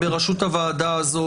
בראשות הוועדה הזאת,